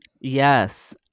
Yes